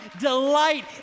delight